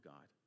God